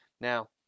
Now